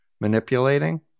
manipulating